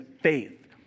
faith